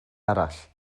arall